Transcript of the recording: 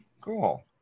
Cool